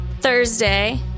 Thursday